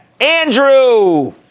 Andrew